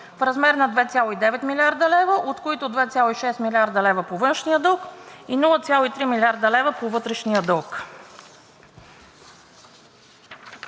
в размер на 2,9 млрд. лв., от които 2,6 млрд. лв. по външния дълг и 0,3 млрд. лв. по вътрешния дълг.